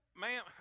Ma'am